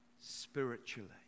spiritually